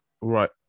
Right